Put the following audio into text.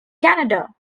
canada